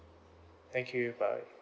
thank you bye